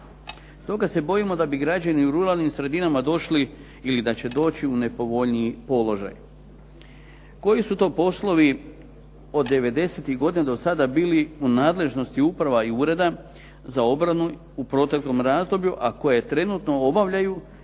Stoga se bojimo da bi građani u ruralnim sredinama došli ili da će doći u nepovoljniji položaj. Koji su to poslovi od devedesetih godina do sada bili u nadležnosti uprava i Ureda za obranu u proteklom razdoblju, a koje trenutno obavljaju i